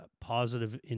positive